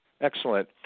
Excellent